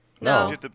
No